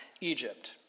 Egypt